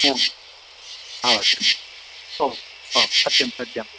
आवश्यकम् ओ ओ सत्यं सत्यं